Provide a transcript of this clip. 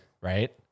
right